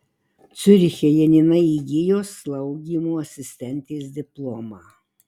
ciuriche janina įgijo slaugymo asistentės diplomą